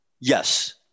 Yes